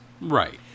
Right